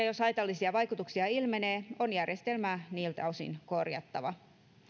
jos haitallisia vaikutuksia ilmenee on järjestelmää niiltä osin korjattava